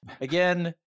again